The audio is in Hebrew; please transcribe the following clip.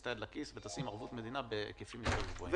את היד לכיס ותשים ערבות מדינה בהיקפים גבוהים יותר.